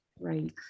Right